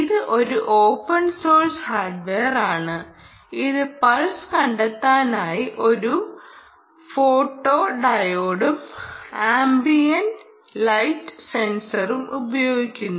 ഇത് ഒരു open source ഹാർഡ്വെയറാണ് ഇത് പൾസർ കണ്ടെത്താനായി ഒരു ഫോട്ടോഡയോഡും ആംബിയന്റ് ലൈറ്റ് സെൻസറും ഉപയോഗിക്കുന്നു